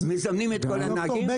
מזמנים את כל הנהגים,